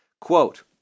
Quote